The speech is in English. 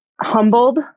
humbled